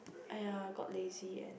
!aiya! got lazy and